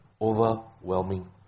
overwhelming